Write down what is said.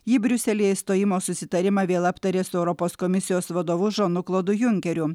ji briuselyje išstojimo susitarimą vėl aptarė su europos komisijos vadovu žanu klodu junkeriu